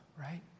right